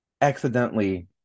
accidentally